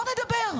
בוא נדבר.